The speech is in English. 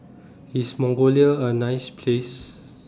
IS Mongolia A nice Place